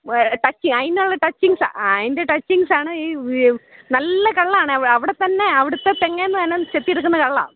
ടച്ചി അതിനുള്ള ടച്ചിങ്ങ്സാണ് അതിൻ്റെ ടച്ചിങ്ങ്സാണ് ഈ നല്ല കള്ളാണ് അവിടെത്തന്നെ അവിടുത്തെ തെങ്ങിൽ നിന്നു തന്നെ ചെത്തിയെടുക്കുന്ന കള്ളാണ്